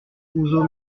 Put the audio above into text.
houzeau